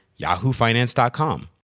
yahoofinance.com